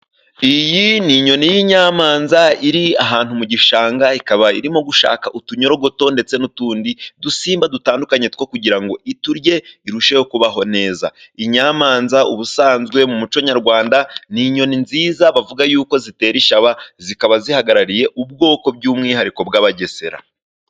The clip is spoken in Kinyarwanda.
Iyi ni inyoni y'inyamanza iri ahantu mu gishanga, ikaba irimo gushaka utunyorogoto, ndetse n'utundi dusimba dutandukanye two kugira ngo iturye irusheho kubaho neza. Inyamanza ubusanzwe mu muco Nyarwanda ni inyoni nziza bavuga yuko zitera ishaba, zikaba zihagarariye ubwoko by'umwihariko bw'abagesera.